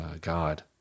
God